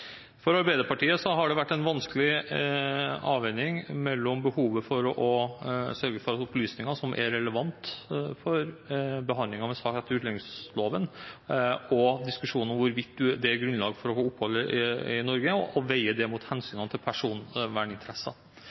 For Arbeiderpartiet har dette vært en vanskelig avveining – å veie behovet for å sørge for opplysninger som er relevante for saker som er til behandling etter utlendingsloven, og diskusjonen om hvorvidt det er grunnlag for å få opphold i Norge, opp mot hensynet til personverninteresser.